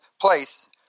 place